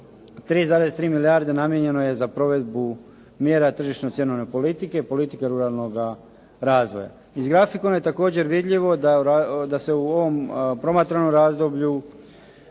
3,3 milijarde namijenjeno je za provedbu mjera tržišno cjenovne politike, politike ruralnoga razvoja. Iz grafikona je također vidljivo da se u ovom promatranom razdoblju